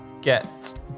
get